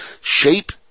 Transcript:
shape